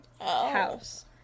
house